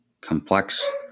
complex